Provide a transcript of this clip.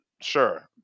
sure